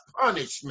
punishment